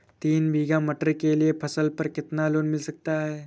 तीन बीघा मटर के लिए फसल पर कितना लोन मिल सकता है?